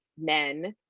men